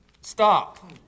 Stop